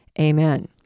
Amen